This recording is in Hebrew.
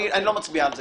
אני גם לא מצביע על זה.